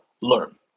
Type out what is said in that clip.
learn